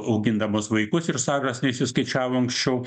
augindamos vaikus ir stažas neįsiskaičiavo anksčiau